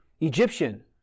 Egyptian